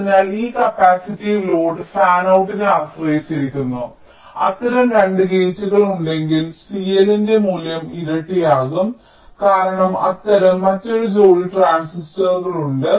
അതിനാൽ ഈ capacitive load ഫാനൌട്ടിനെ ആശ്രയിച്ചിരിക്കുന്നു അത്തരം 2 ഗേറ്റുകൾ ഉണ്ടെങ്കിൽ CL ന്റെ മൂല്യം ഇരട്ടിയാകും കാരണം അത്തരം മറ്റൊരു ജോഡി ട്രാൻസിസ്റ്ററുകൾ ഉണ്ട്